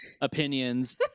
opinions